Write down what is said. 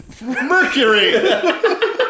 Mercury